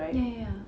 ya ya ya